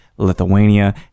lithuania